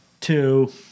Two